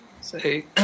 say